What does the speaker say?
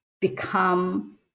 become